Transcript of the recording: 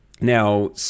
Now